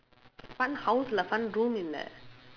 fun house lah fun room